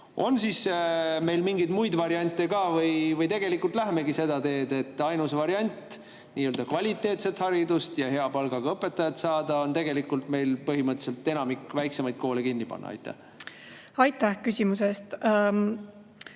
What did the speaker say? On siis meil mingeid muid variante ka või tegelikult lähemegi seda teed, et ainus variant nii-öelda kvaliteetset haridust ja hea palgaga õpetajat saada on meil põhimõtteliselt enamik väiksemaid koole kinni panna? Aitäh, lugupeetud